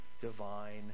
divine